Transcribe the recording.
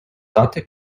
дати